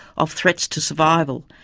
of threats to survival,